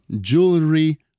jewelry